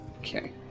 Okay